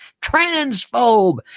transphobe